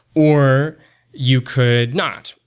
or you could not,